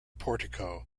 portico